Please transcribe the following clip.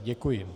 Děkuji.